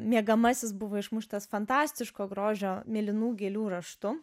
miegamasis buvo išmuštas fantastiško grožio mėlynų gėlių raštu